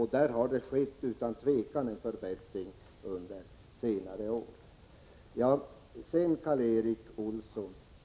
Här har det utan tvivel skett en förbättring under senare år.